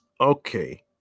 Okay